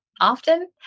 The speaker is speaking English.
often